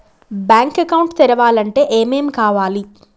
Bank account తెరవాలంటే ఏమేం కావాలి?